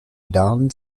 don